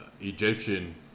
Egyptian